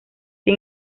sin